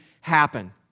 happen